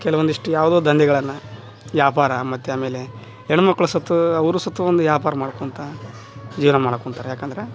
ಕೆಲವೊಂದಿಷ್ಟು ಯಾವುದೋ ದಂಧೆಗಳನ್ನ ವ್ಯಾಪಾರ ಮತ್ತು ಆಮೇಲೆ ಹೆಣ್ಮಕ್ಳ್ ಸತು ಅವರು ಸತು ಒಂದು ವ್ಯಾಪಾರ ಮಾಡ್ಕೊಳ್ತಾ ಜೀವನ ಮಾಡ್ಕೊಳ್ತಾರೆ ಯಾಕಂದ್ರ